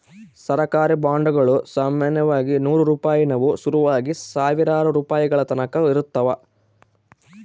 ಸರ್ಕಾರಿ ಬಾಂಡುಗುಳು ಸಾಮಾನ್ಯವಾಗಿ ನೂರು ರೂಪಾಯಿನುವು ಶುರುವಾಗಿ ಸಾವಿರಾರು ರೂಪಾಯಿಗಳತಕನ ಇರುತ್ತವ